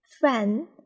friend